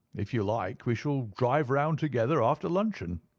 if you like, we shall drive round together after luncheon.